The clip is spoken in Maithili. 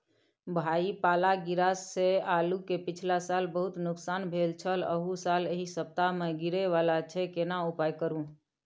भाई पाला गिरा से आलू के पिछला साल बहुत नुकसान भेल छल अहू साल एहि सप्ताह में गिरे वाला छैय केना उपाय करू?